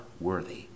worthy